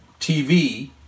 TV